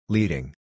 Leading